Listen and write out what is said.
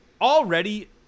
Already